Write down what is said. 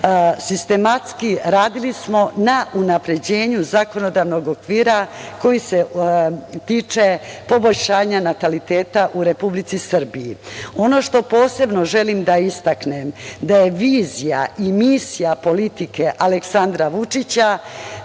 sistematski smo radili na unapređenju zakonodavnog okvira koji se tiče poboljšanja nataliteta u Republici Srbiji. Ono što posebno želim da istaknem jeste da su vizija i misija politike Aleksandra Vučića